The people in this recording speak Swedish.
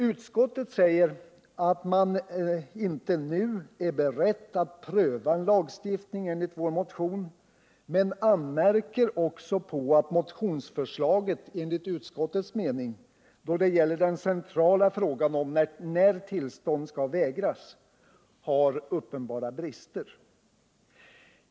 Utskottet säger att man inte nu är beredd att pröva en lagstiftning enligt vår motion men anmärker också på att motionsförslaget, enligt utskottets mening, då det gäller den centrala frågan om när tillstånd skall vägras har uppenbara brister.